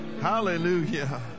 Hallelujah